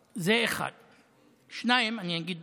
זה, 1. 2. אני אגיד